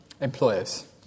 Employers